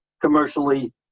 commercially